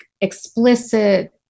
explicit